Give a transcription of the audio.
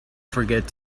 forget